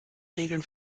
regeln